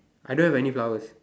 I don't have any flowers